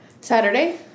Saturday